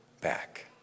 back